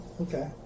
Okay